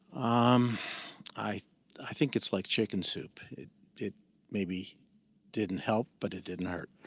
um i i think it's like chicken soup. it it maybe didn't help. but it didn't hurt